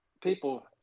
people